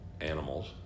animals